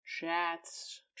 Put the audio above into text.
chats